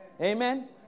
Amen